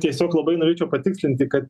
tiesiog labai norėčiau patikslinti kad